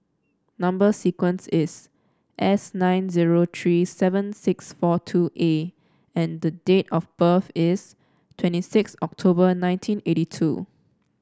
number sequence is S nine zero three seven six four two A and the date of birth is twenty six October nineteen eighty two